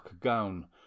gown